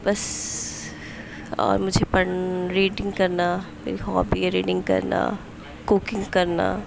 بس اور مجھے پڑھن ریڈنگ کرنا میری ہابی ہے ریڈنگ کرنا کوکنگ کرنا